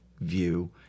view